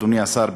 אדוני השר,